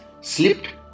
slipped